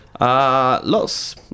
lots